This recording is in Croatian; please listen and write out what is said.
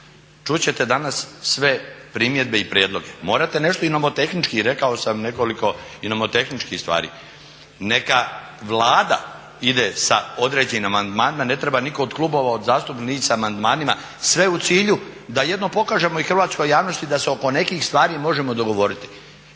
Čut ćete danas sve primjedbe i prijedloge, morate nešto i nomotehnički, rekao sam nekoliko i nomotehničkih stvari. Neka Vlada ide sa određenim amandmanima, ne treba nitko od klubova zastupnika ni ići sa amandmanima sve u cilju da jedno pokažemo i hrvatskoj javnosti da se oko nekih stvari možemo dogovoriti.